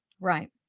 Right